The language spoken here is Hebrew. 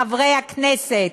חברי הכנסת,